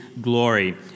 glory